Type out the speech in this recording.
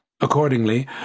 Accordingly